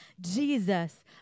Jesus